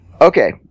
Okay